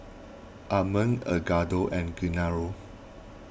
Amon Edgardo and Gennaro